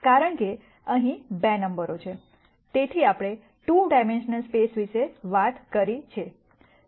કારણ કે અહીં 2 નંબરો છે તેથી આપણે 2 ડાઈમેન્શનલ સ્પેસ વિશે વાત કરી છે